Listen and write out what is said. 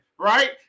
right